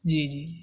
جی جی جی